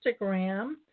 Instagram